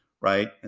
right